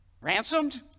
Ransomed